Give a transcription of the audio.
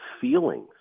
feelings